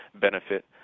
benefit